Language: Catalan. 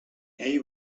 ell